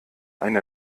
eine